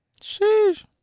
Sheesh